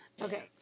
Okay